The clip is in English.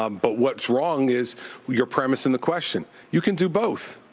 um but what's wrong is your premise in the question. you can do both.